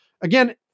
again